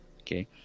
Okay